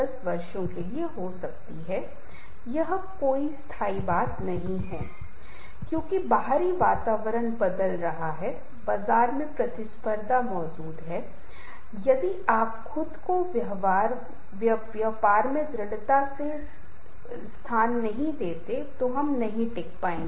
अब रिश्तों की यह विशेषता संबंध लोगों को प्रभावित करती है जो मैंने पहले ही बता दिया है कि इन सभी चीजों से लक्ष्य और व्यवहार प्रभावित होंगे संचार के माध्यम से रिश्ते सक्रिय होते हैं